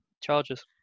charges